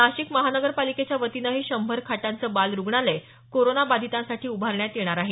नाशिक महानगरपालिकेच्या वतीनेही शंभर खाटांचं बाल रुग्णालय कोरोना बधितासाठी उभारण्यात येणार आहे